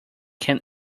can